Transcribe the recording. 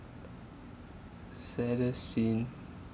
saddest scene